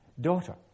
daughter